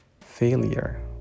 failure